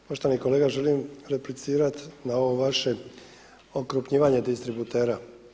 Poštovani kolega želim replicirati na ovo vaše okrupnjivanje distributera.